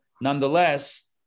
nonetheless